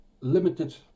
limited